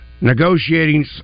negotiating